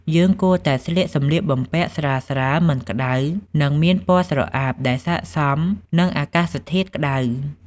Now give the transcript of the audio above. យើងគួរតែស្លៀកសម្លៀកបំពាក់ស្រាលៗ មិនក្តៅ និងមានពណ៌ស្រអាប់ដែលស័ក្តិសមនឹងអាកាសធាតុក្តៅ។